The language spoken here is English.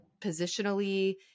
positionally